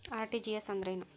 RTGS ಅಂದ್ರೇನು?